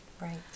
Right